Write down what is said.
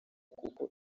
kuko